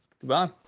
Goodbye